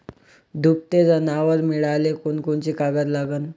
दुभते जनावरं मिळाले कोनकोनचे कागद लागन?